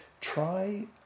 try